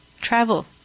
travel